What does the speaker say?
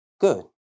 good